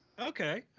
Okay